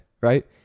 right